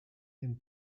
and